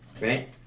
Right